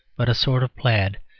but a sort of plaid,